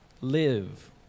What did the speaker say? live